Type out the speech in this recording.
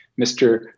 Mr